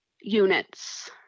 units